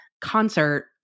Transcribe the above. concert